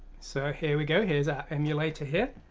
so here we go here is our emulator here,